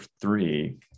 three